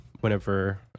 whenever